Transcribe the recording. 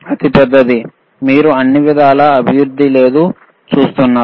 ఇది పెద్దది మీరు అన్ని విధాలా అభివృద్ధి లేదు చూస్తున్నారు